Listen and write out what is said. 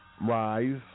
rise